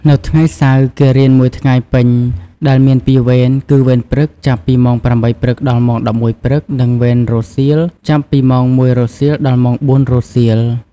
នៅថ្ងៃ សៅរ៍ គេរៀនមួយថ្ងៃពេញដែលមានពីរវេនគឺ វេនព្រឹក ចាប់ពីម៉ោង ៨ ព្រឹក ដល់ម៉ោង ១១ ព្រឹក និង វេនរសៀល ចាប់ពីម៉ោង ១ រសៀល ដល់ម៉ោង ៤ រសៀល។